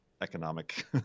economic